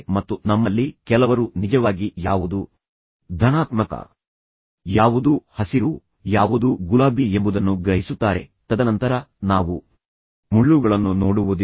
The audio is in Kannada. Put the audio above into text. ಮತ್ತು ನಮ್ಮಲ್ಲಿ ಕೆಲವರು ನಿಜವಾಗಿ ಯಾವುದು ಧನಾತ್ಮಕ ಯಾವುದು ಹಸಿರು ಯಾವುದು ಗುಲಾಬಿ ಎಂಬುದನ್ನು ಗ್ರಹಿಸುತ್ತಾರೆ ತದನಂತರ ನಾವು ಮುಳ್ಳುಗಳನ್ನು ನೋಡುವುದಿಲ್ಲ